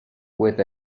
with